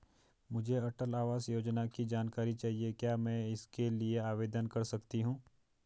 मुझे अटल आवास योजना की जानकारी चाहिए क्या मैं इसके लिए आवेदन कर सकती हूँ?